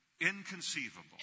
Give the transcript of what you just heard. Inconceivable